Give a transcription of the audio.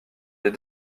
les